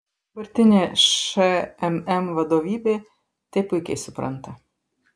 dabartinė šmm vadovybė tai puikiai supranta